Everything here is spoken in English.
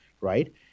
Right